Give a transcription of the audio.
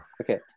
Okay